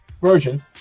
version